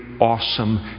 awesome